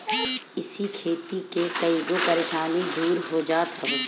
इसे खेती के कईगो परेशानी दूर हो जात हवे